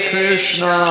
Krishna